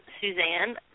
Suzanne